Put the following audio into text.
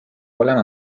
olema